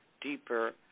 deeper